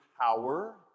power